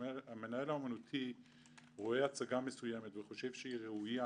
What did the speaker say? וכשהמנהל האומנותי רואה הצגה מסוימת וחושב שהיא ראויה,